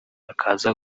akaza